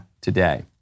today